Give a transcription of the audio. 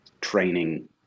training